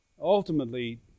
ultimately